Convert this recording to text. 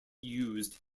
used